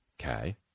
Okay